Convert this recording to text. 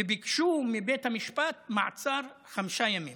וביקשו מבית המשפט מעצר לחמישה ימים